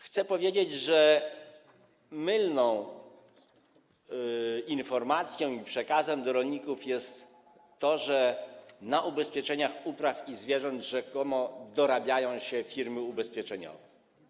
Chcę powiedzieć, że mylną informacją, przekazem skierowanym do rolników jest to, że na ubezpieczeniach upraw i zwierząt rzekomo dorabiają się firmy ubezpieczeniowe.